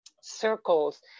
circles